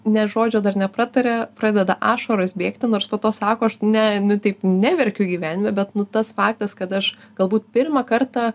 nė žodžio dar neprataria pradeda ašaros bėgti nors po to sako aš ne taip neverkiu gyvenime bet nu tas faktas kad aš galbūt pirmą kartą